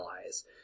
allies